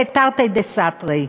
זה תרתי דסתרי.